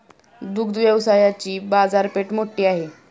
दुग्ध व्यवसायाची बाजारपेठ मोठी आहे